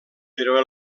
però